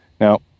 Now